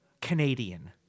Canadian